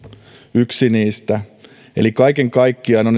yksi niistä eli kaiken kaikkiaan on